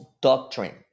doctrine